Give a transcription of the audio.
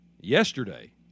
yesterday